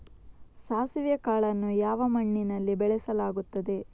ಸಾಸಿವೆ ಕಾಳನ್ನು ಯಾವ ಮಣ್ಣಿನಲ್ಲಿ ಬೆಳೆಸಲಾಗುತ್ತದೆ?